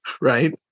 right